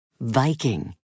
Viking